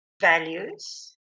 values